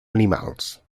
animals